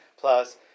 Plus